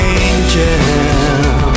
angel